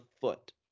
foot